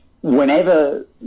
whenever